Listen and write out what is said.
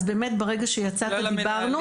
אז באמת ברגע שיצאת דיברנו.